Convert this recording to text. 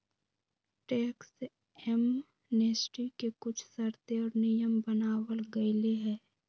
tax amnesty के कुछ शर्तें और नियम बनावल गयले है